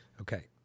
Okay